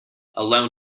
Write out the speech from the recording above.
alone